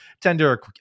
tender